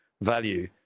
value